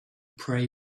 prey